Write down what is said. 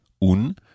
un